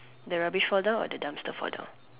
the rubbish fall down or the dumpster fall down